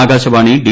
Akashvani D